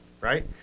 right